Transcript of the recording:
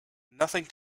nothing